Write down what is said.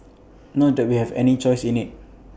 not that we had any choice in IT